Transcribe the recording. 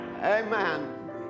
Amen